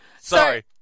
sorry